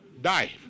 Die